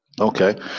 Okay